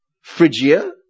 Phrygia